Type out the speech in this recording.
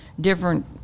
different